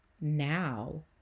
now